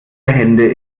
hände